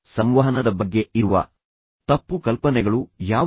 ಸಂವಹನದ ಬಗ್ಗೆ ಇರುವ ತಪ್ಪು ಕಲ್ಪನೆಗಳು ಯಾವುವು